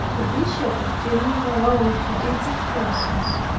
the bishop of geneva wrote to different persons.